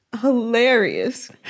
Hilarious